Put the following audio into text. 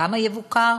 כמה יבוקר,